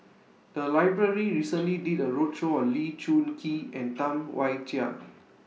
The Library recently did A roadshow on Lee Choon Kee and Tam Wai Jia